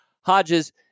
Hodges